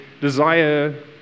desire